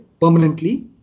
permanently